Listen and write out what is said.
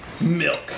milk